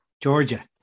Georgia